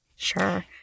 Sure